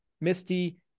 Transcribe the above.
Misty